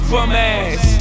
Bumass